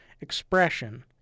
expression